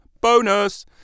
bonus